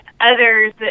others